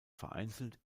vereinzelt